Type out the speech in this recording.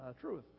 truth